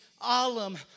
Alam